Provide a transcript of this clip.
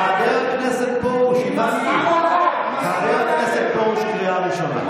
חבר הכנסת פרוש, קריאה ראשונה.